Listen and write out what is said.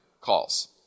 calls